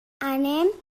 anem